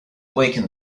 awaken